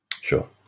Sure